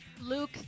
Luke